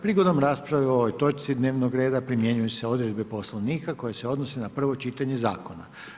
Prigodom rasprave o ovoj točci dnevnog reda, primjenjuju se odredbe Poslovnika, koje se odnose na prvo čitanje zakona.